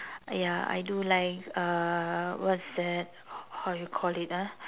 ya I do like uh what's that how you call it ah